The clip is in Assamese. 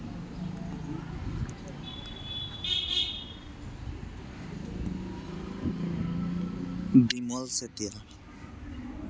বিমল চেতিয়া